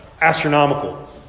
astronomical